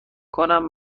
کنم